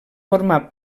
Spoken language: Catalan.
formar